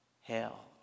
hell